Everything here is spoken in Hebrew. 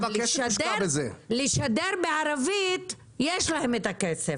בשביל לשדר בערבית יש להם את הכסף,